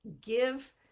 give